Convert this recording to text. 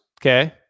Okay